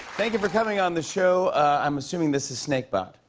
thank you for coming on the show. i'm assuming this is snake bot.